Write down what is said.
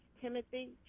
Timothy